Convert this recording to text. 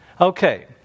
Okay